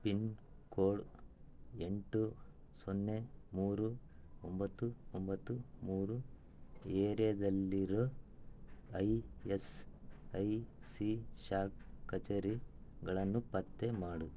pin code ಎಂಟು ಸೊನ್ನೆ ಮೂರು ಒಂಬತ್ತು ಒಂಬತ್ತು ಮೂರು ಏರಿಯಾದಲ್ಲಿರೋ ಐ ಎಸ್ ಐ ಸಿ ಶಾಖಾ ಕಚೇರಿಗಳನ್ನು ಪತ್ತೆ ಮಾಡು